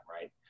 right